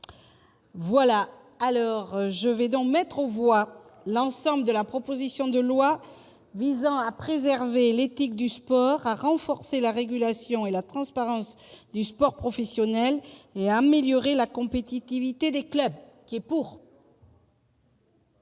voix, dans le texte de la commission, l'ensemble de la proposition de loi visant à préserver l'éthique du sport, à renforcer la régulation et la transparence du sport professionnel et à améliorer la compétitivité des clubs. Mes chers